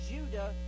Judah